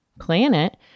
planet